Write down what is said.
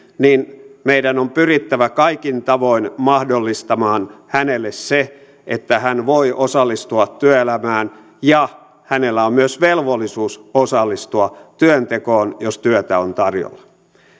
niin meidän on pyrittävä kaikin tavoin mahdollistamaan hänelle se että hän voi osallistua työelämään ja hänellä on myös velvollisuus osallistua työntekoon jos työtä on tarjolla